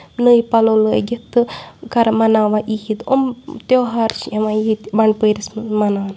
نٔے پَلو لٲگِتھ تہٕ مَناوان عیٖد یِم تہوار چھِ یِوان ییٚتہِ بَنڈپوٗرِس منٛز مَناونہٕ